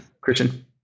Christian